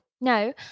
no